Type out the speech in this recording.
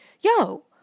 yo